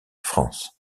france